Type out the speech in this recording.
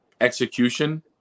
execution